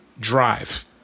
drive